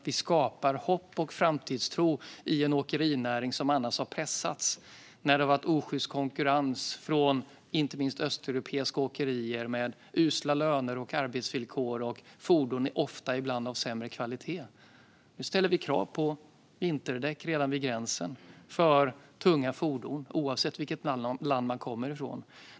Vi skapar hopp och framtidstro i en åkerinäring som annars har pressats av osjyst konkurrens från inte minst östeuropeiska åkerier med usla löner och arbetsvillkor och fordon som ofta är av sämre kvalitet. Nu ställer vi krav på vinterdäck redan vid gränsen för tunga fordon, oavsett vilket land de kommer från.